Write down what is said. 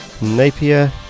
Napier